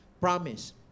promise